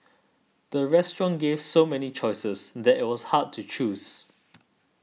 the restaurant gave so many choices that it was hard to choose